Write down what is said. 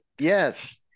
yes